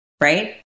right